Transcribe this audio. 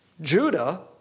Judah